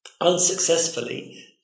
unsuccessfully